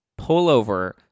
pullover